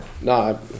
No